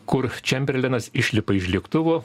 kur čemberlenas išlipa iš lėktuvo